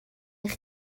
eich